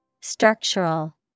Structural